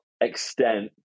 extent